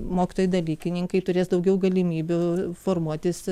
mokytojai dalykininkai turės daugiau galimybių formuotis